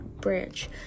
branch